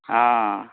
हँ